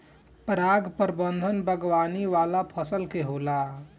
पराग प्रबंधन बागवानी वाला फसल के होला